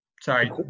sorry